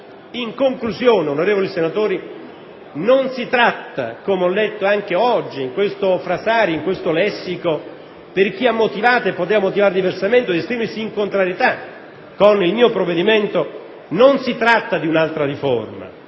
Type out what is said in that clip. In conclusione, onorevoli senatori, non si tratta, come ho letto anche oggi in questo frasario, in questo lessico, per chi ha motivato e poteva motivare diversamente o esprimersi in contrarietà con il mio provvedimento, di un'altra riforma,